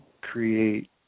create